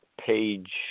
page